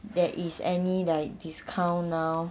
there is any like discount now